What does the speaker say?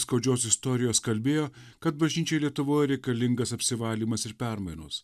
skaudžios istorijos kalbėjo kad bažnyčiai lietuvoj reikalingas apsivalymas ir permainos